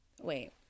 wait